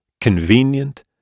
convenient